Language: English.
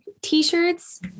T-shirts